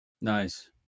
Nice